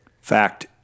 Fact